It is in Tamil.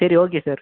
சரி ஓகே சார்